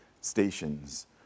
stations